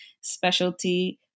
specialty